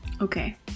Okay